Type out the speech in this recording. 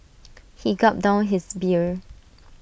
he gulped down his beer